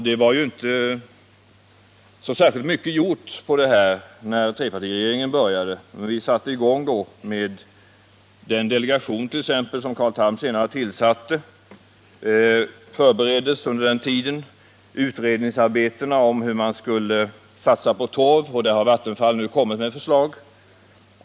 Det var inte särskilt mycket gjort på detta område när trepartiregeringen tillträdde. Den delegation som Carl Tham sedermera tillsatte förbereddes av trepartiregeringen. Utredningsarbetet angående satsning på torv i hetvattencentraler eller kraftvärmeverk har nu lett till att Vattenfall kommit med ett förslag.